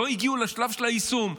לא הגיעו לשלב של היישום.